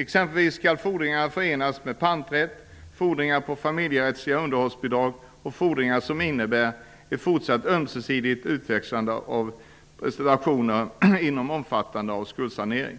Exempelvis skall fordringar som förenas med panträtt, fordringar på familjerättsliga underhållsbidrag och fordringar som innebär ett fortsatt ömsesidigt utväxlande av prestationer inte omfattas av en skuldsanering.